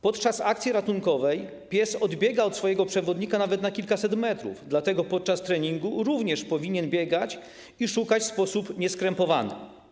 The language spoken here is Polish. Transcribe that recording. Podczas akcji ratunkowej pies odbiega od swojego przewodnika nawet na kilkaset metrów, dlatego również podczas treningu powinien biegać i szukać w sposób nieskrępowany.